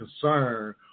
concern